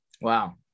Wow